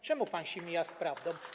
Czemu pan się mija z prawdą?